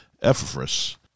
Ephesus